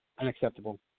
unacceptable